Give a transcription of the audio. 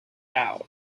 out